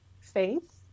faith